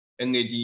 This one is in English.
NAD